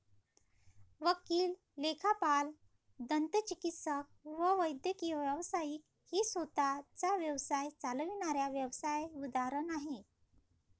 वकील, लेखापाल, दंतचिकित्सक व वैद्यकीय व्यावसायिक ही स्वतः चा व्यवसाय चालविणाऱ्या व्यावसाय उदाहरण आहे